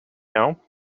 now